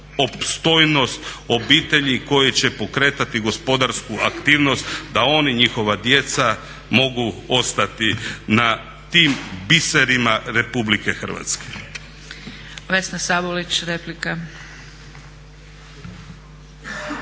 opstojnost obitelji koje će pokretati gospodarsku aktivnost da oni, njihova djeca mogu ostati na tim biserima Republike Hrvatske. **Zgrebec, Dragica